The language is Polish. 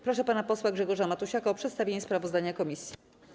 Proszę pana posła Grzegorza Matusiaka o przedstawienie sprawozdania komisji.